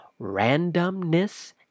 randomness